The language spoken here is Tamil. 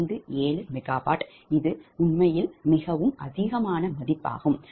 1657MW இது உண்மையில் மிக அதிகம்